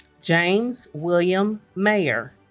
james william maier